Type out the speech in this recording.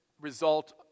result